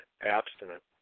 abstinent